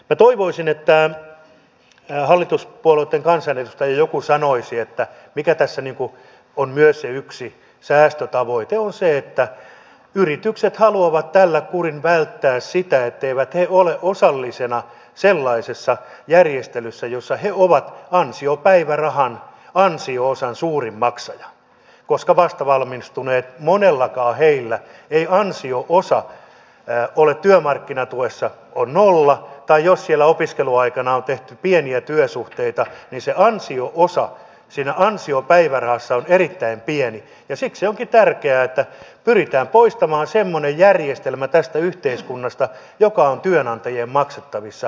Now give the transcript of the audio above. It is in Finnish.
minä toivoisin että joku hallituspuolueitten kansanedustaja sanoisi sen mikä tässä on myös se yksi säästötavoite se että yritykset haluavat tällä välttää sen etteivät he ole osallisena sellaisessa järjestelyssä jossa he ovat ansiopäivärahan ansio osan suurin maksaja koska monella vastavalmistuneella ansio osa on työmarkkinatuessa nolla tai jos siellä opiskeluaikana on tehty pieniä työsuhteita niin se ansio osa siinä ansiopäivärahassa on erittäin pieni ja siksi onkin tärkeää että pyritään poistamaan semmoinen järjestelmä tästä yhteiskunnasta joka on työnantajien maksettavissa